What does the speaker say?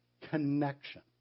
Connection